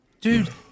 Dude